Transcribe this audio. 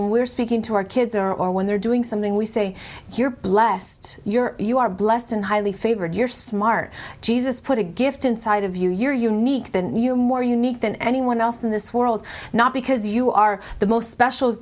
when we're speaking to our kids or or when they're doing something we say you're blessed you're you are blessed and highly favored you're smart jesus put a gift inside of you you're unique than you more unique than anyone else in this world not because you are the most special